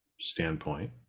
standpoint